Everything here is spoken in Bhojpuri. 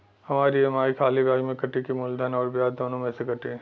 हमार ई.एम.आई खाली ब्याज में कती की मूलधन अउर ब्याज दोनों में से कटी?